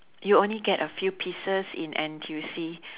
you only get a few pieces in N_T_U_C